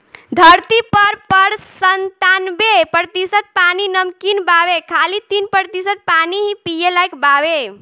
धरती पर पर संतानबे प्रतिशत पानी नमकीन बावे खाली तीन प्रतिशत पानी ही पिए लायक बावे